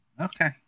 okay